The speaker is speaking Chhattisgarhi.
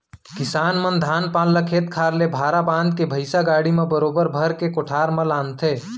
किसान मन धान पान ल खेत खार ले भारा बांध के भैंइसा गाड़ा म बरोबर भर के कोठार म लानथें